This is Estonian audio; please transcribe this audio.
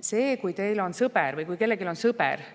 see, kui kellelgi on sõber või kui kellelgi on tuttav